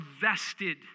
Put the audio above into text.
vested